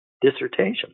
dissertation